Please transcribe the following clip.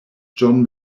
john